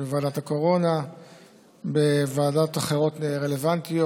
בוועדת הקורונה ובוועדות אחרות רלוונטיות,